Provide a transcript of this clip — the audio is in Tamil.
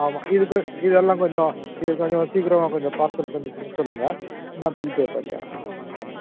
ஆமாம் இதுக்கு இதெல்லாம் கொஞ்சம் இது கொஞ்சம் சீக்கிரமா கொஞ்சம் பார்சல் பண்ணி கொடுக்க சொல்லுங்கள் நான் பில் பே பண்ணிடுறேன் ஆமாம் ஆமாம்